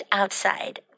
outside